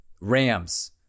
Rams